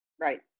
Right